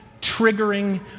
triggering